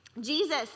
Jesus